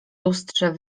lustrze